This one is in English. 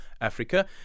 Africa